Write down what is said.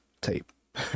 Tape